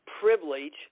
privilege